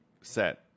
set